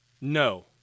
No